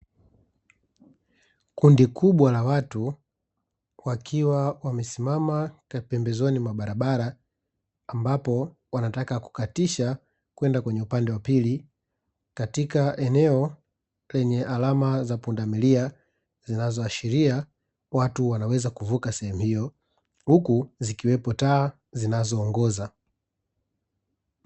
Kundi kubwa la watu wakiwa wamesimama pembezoni mwa barabara, ambapo wanataka kukatisha kwenda kwenye upande wa pili katika eneo lenye alama za pundamilia zinazoashiria watu wanaweza kuvuka sehemu hiyo huku zikiwepo taa zinazoongoza.